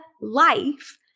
life